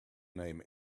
name